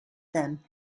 them